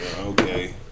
okay